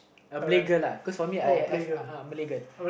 a Malay girl lah because normally I I I've Malay girl